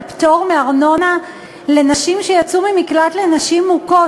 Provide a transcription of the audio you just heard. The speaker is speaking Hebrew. פטור מארנונה לנשים שיצאו ממקלט לנשים מוכות.